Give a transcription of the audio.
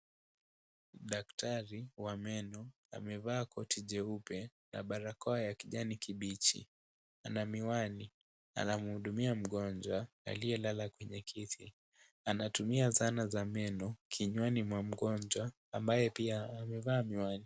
Daktari wa meno amevaa koti jeupe na barakoa ya kijani kimbichi, ana miwani na anamhudumia mgonjwa aliyelala kwenye kiti na anatumia zana za meno kinywani mwa mgonjwa ambaye pia amevaa miwani.